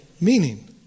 meaning